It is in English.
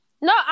No